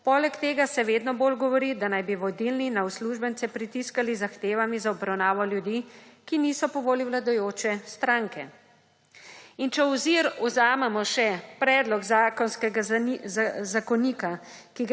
Poleg tega se vedno bolj govori, da naj bi vodilni na uslužbence pritiskali z zahtevami za obravnavo ljudi, ki niso po volji vladajoče stranke. In če v ozir vzamem še predlog Kazenskega zakonika,